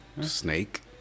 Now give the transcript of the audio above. Snake